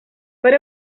per